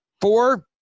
four